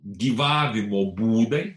gyvavimo būdai